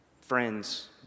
friends